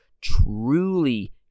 truly